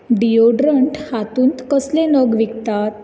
deodorant हातूंत कसले नग विकतात